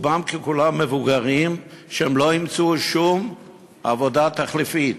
רובם ככולם, מבוגרים שלא ימצאו שום עבודה חלופית.